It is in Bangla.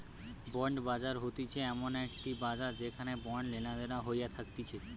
বন্ড বাজার হতিছে এমন একটি বাজার যেখানে বন্ড লেনাদেনা হইয়া থাকতিছে